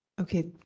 Okay